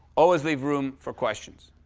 always leave room for questions.